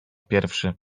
pierwszy